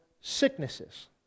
sicknesses